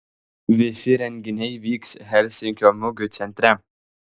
visi renginiai vyks helsinkio mugių centre